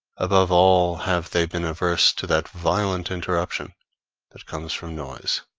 above all have they been averse to that violent interruption that comes from noise.